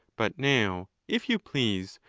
but now, if you please,